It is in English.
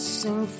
sing